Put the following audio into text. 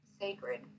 sacred